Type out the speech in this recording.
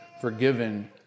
forgiven